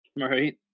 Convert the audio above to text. Right